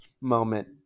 moment